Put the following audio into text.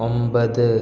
ഒമ്പത്